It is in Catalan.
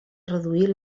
reduir